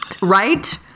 Right